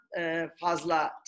fazla